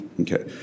Okay